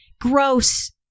Gross